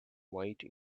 white